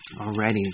already